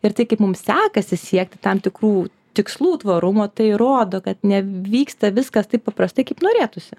ir tai kaip mums sekasi siekti tam tikrų tikslų tvarumo tai rodo kad nevyksta viskas taip paprastai kaip norėtųsi